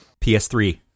PS3